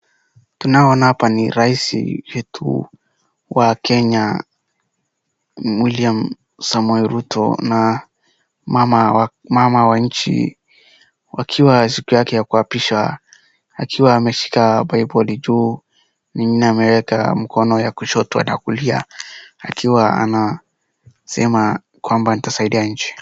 Tunaona hapa ni rais yetu wa Kenya William Samoei Ruto na Mama wa nchi, wakiwa siku yake ya kuapisha, akiwa ameshika Bible juu, ingine ameweka mkono ya kushoto na kulia akiwa anasema kwamba nitasaidia nchi.